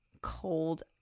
cold